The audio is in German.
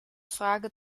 frage